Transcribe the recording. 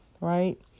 right